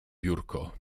biurko